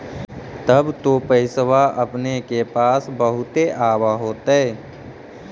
तब तो पैसबा अपने के पास बहुते आब होतय?